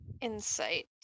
Insight